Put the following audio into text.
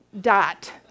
dot